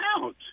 out